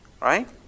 Right